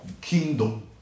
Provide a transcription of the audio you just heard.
kingdom